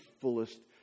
fullest